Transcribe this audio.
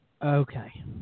Okay